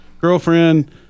girlfriend